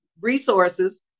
resources